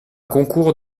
concours